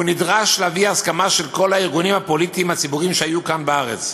נדרש להביא הסכמה של כל הארגונים הפוליטיים הציבוריים שהיו כאן בארץ,